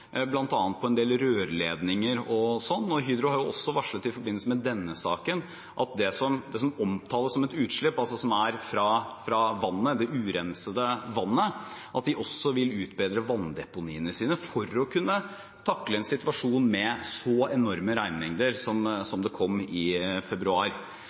bl.a. på en del rørledninger. Hydro har i denne saken varslet – i forbindelse med det som omtales som et utslipp av urenset vann – at de også vil utbedre vanndeponiene sine for å kunne takle en situasjon med så enorme regnmengder som det som kom i februar.